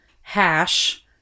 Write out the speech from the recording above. hash